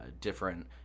different